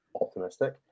optimistic